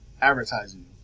advertising